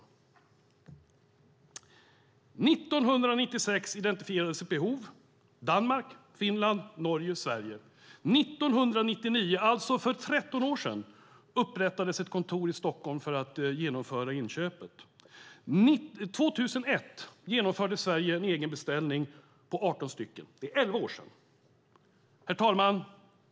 År 1996 identifierades ett behov i Danmark, Finland, Norge och Sverige. År 1999, alltså för 13 år sedan, upprättades ett kontor i Stockholm för att genomföra inköpet. År 2001 genomförde Sverige en egen beställning på 18 stycken. Det är elva år sedan.